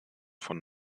von